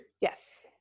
Yes